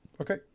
Okay